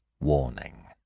warning